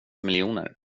miljoner